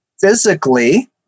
Physically